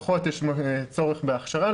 פחות יש צורך בהכשרה,